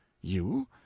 You